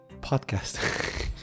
Podcast